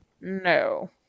No